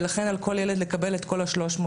ולכן, על כל ילד לקבל את ה-360.